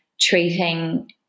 treating